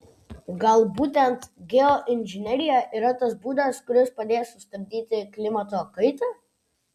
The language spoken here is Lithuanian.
gal būtent geoinžinerija yra tas būdas kuris padės sustabdyti klimato kaitą